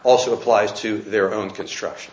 also applies to their own construction